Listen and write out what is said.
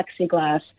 plexiglass